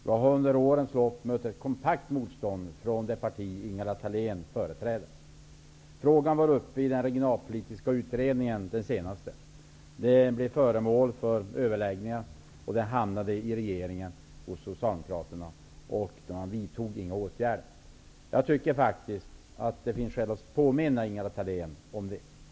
Jag har under årens lopp mött ett kompakt motstånd från det parti som Ingela Thale n företräder. Frågan var uppe i den senaste regionalpolitiska utredningen och blev föremål för överläggningar. När frågan hamnade i den socialdemokratiska regeringen vidtog den inga åtgärder. Jag tycker att det finns skäl att påminna Ingela Thale n om det.